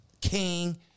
king